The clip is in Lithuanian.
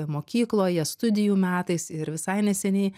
mokykloje studijų metais ir visai neseniai